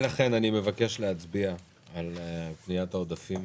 ולכן, אני מבקש להצביע על פניית העודפים